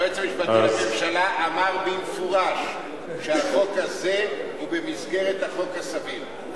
היועץ המשפטי לממשלה אמר במפורש שהחוק הזה הוא במסגרת החוק הסביר.